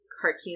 cartoon